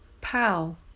Pal